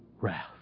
wrath